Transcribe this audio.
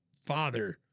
father